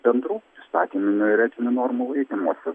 bendrų įstatyminių ir etinių normų laikymosi